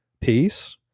peace